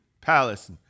palace